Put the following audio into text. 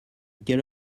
quelle